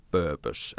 purpose